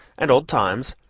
and old times,